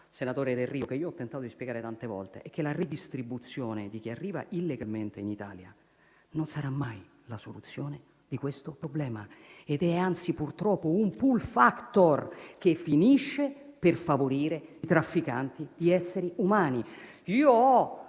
senatore Delrio, che io ho tentato di spiegare tante volte è che la redistribuzione di chi arriva illegalmente in Italia non sarà mai la soluzione di questo problema ed è anzi, purtroppo, un *pull factor* che finisce per favorire i trafficanti di esseri umani. Io